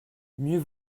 mieux